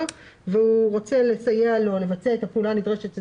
והוא רוצה לסייע לו לבצע את הפעולה הנדרשת,